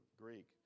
Greek